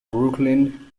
brooklyn